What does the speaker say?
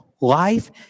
life